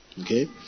Okay